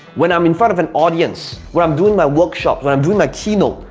when i'm in front of an audience, when i'm doing my workshop, when i'm doing my keynote,